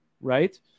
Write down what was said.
right